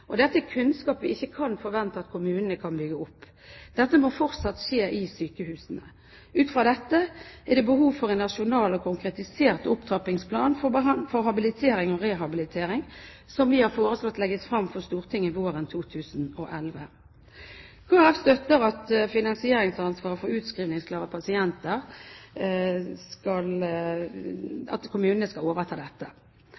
kunnskap. Dette er kunnskap vi ikke kan forvente at kommunene kan bygge opp. Det må fortsatt skje i sykehusene. Ut fra dette er det behov for en nasjonal og konkretisert opptrappingsplan for habilitering og rehabilitering, som vi har foreslått legges frem for Stortinget våren 2011. Kristelig Folkeparti støtter at kommunene skal overta finansieringsansvaret for utskrivningsklare pasienter.